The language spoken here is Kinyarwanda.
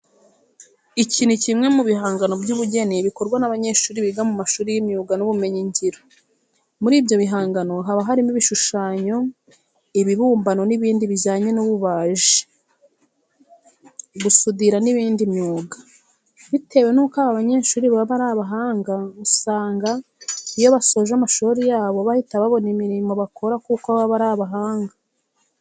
Iki ni kimwe mu bihangano by'ubugeni bikorwa n'abanyeshuri biga mu mashuri y'imyuga n'ubumenyingiro. Muri ibyo bihangano haba harimo ibishushanyo, ibibumbano n'ibindi bijyanye n'ububaji, gusudira n'indi myuga. Bitewe nuko aba banyeshuri baba ari abahanga usanga iyo basoje amashuri yabo bahita babona imirimo bakora kuko baba ari abahanga.